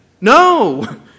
No